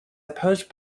opposed